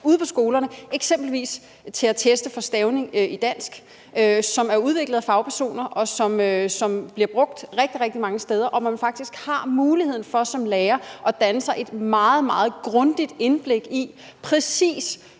ude på skolerne, eksempelvis til at teste for stavning i dansk, som er udviklet af fagpersoner, og som bliver brugt rigtig, rigtig mange steder, og hvor man faktisk har mulighed for som lærer at danne sig et meget, meget grundigt indblik i, præcis